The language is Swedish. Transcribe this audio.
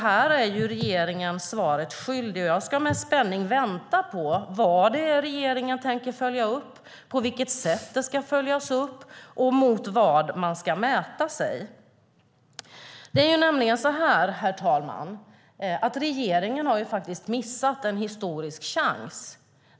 Här är regeringen svaret skyldig, och jag väntar med spänning på vad regeringen tänker följa upp, på vilket sätt det ska följas upp och mot vad man ska mäta sig. Herr talman! Regeringen har missat en historisk chans.